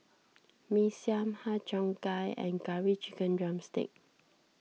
Mee Siam Har Cheong Gai and Curry Chicken Drumstick